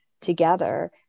together